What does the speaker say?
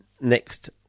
next